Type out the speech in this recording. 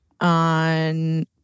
On